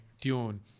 tune